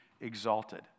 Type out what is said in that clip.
exalted